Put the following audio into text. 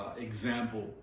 example